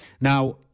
Now